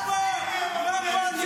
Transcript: מה אתה מדבר?